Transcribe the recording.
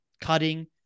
cutting